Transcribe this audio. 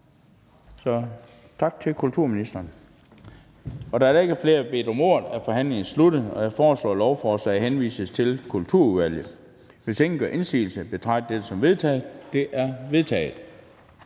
tak til kulturministeren. Da der ikke er flere, der har bedt om ordet, er forhandlingen sluttet. Jeg foreslår, at lovforslaget henvises til Kulturudvalget. Hvis ingen gør indsigelse, betragter jeg dette som vedtaget. Det er vedtaget.